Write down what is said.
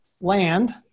land